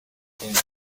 kumwe